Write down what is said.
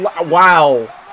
Wow